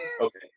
Okay